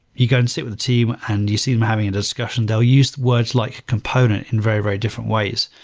you go and seat with a team and you see them having a discussion. they'll use words like component in very, very different ways.